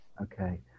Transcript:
okay